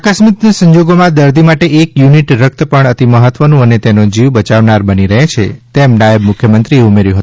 આકસ્મિક સંજોગોમાં દર્દી માટે એક યુનિટ રક્ત પણ અતિ મહત્વનું અને તેનો જીવ બચાવનાર બની રહે છે તેમ નાયબ મુખ્ય મંત્રીશ્રીએ ઉમેર્યું હતું